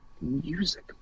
music